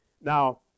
Now